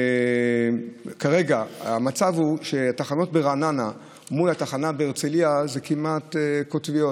כרגע המצב הוא שהתחנות ברעננה מול התחנה בהרצליה הוא כמעט קוטבי.